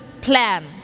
plan